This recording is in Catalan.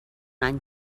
any